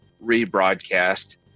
rebroadcast